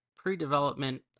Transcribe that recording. pre-development